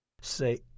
say